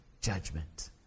judgment